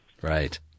Right